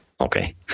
Okay